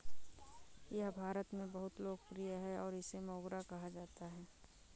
यह भारत में बहुत लोकप्रिय है और इसे मोगरा कहा जाता है